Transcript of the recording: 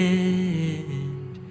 end